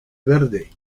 verde